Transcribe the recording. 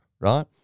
Right